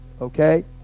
Okay